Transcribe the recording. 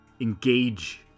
engage